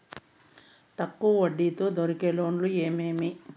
తక్కువ వడ్డీ తో దొరికే లోన్లు ఏమేమి